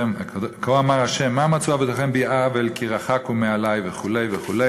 "כה אמר ה' מה מצאו אבותיכם בי עול כי רחקו מעלי" וכו' וכו',